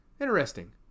Interesting